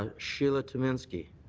ah sheila taminsky.